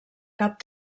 cap